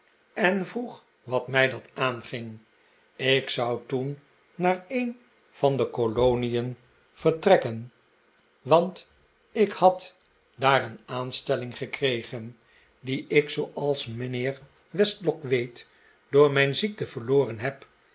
en vroeg wat mij dat aanging ik zou toen naar een van maarten chuzzlewit de kolonien vertrekken want ik had daar een aanstelling gekregen die ik zooals mijnheer westlock weet door mijn ziekte verloren heb